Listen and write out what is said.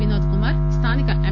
వినోద్ కుమార్ స్లానిక ఎమ్